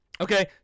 Okay